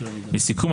לסיכום,